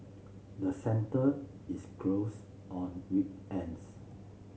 the centre is closed on weekends